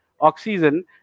oxygen